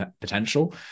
potential